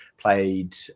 played